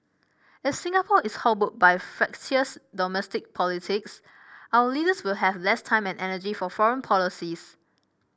if Singapore is hobbled by fractious domestic politics our leaders will have less time and energy for foreign policies